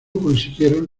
consiguieron